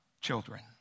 children